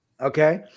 okay